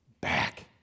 back